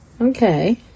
okay